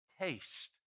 taste